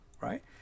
right